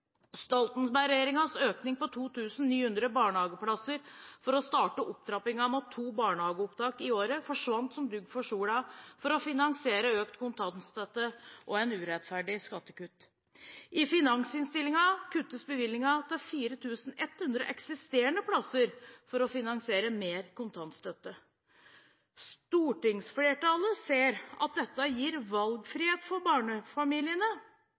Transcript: økning på 2 900 barnehageplasser for å starte opptrappingen mot to barnehageopptak i året forsvant som dugg for solen for å finansiere økt kontantstøtte og urettferdige skattekutt. I finansinnstillingen kuttes bevilgningen til 4 100 eksisterende plasser for å finansiere mer kontantstøtte. Stortingsflertallet ser at dette gir valgfrihet for barnefamiliene.